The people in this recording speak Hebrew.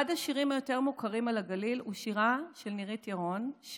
אחד השירים היותר-מוכרים על הגליל הוא שירה של נירית ירון,